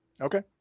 Okay